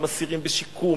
עם אסירים בשיקום,